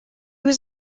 was